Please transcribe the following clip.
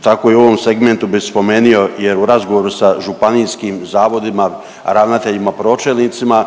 tako i u ovom segmentu bi spomenio jer u razgovora županijskim zavodima, ravnateljima, pročelnicima